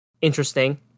interesting